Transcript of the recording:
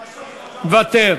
מוותר.